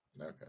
Okay